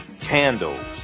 candles